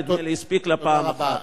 נדמה לי שהספיק לה פעם אחת.